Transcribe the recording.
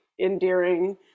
endearing